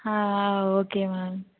ஆ ஆ okay ma'am